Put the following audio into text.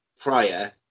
prior